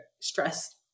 stress